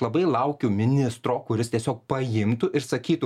labai laukiu ministro kuris tiesiog paimtų ir sakytų